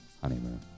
HONEYMOON